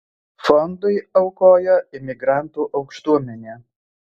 fondui aukojo imigrantų aukštuomenė